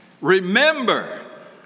Remember